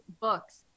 books